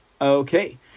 Okay